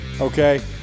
okay